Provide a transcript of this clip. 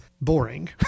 boring